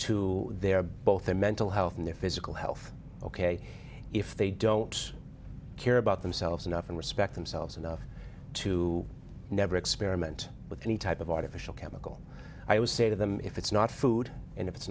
to their both their mental health and their physical health ok if they don't care about themselves enough and respect themselves enough to never experiment with any type of artificial chemical i would say to them if it's not food and if it's